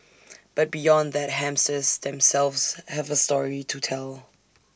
but beyond that hamsters themselves have A story to tell